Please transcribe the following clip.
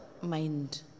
mind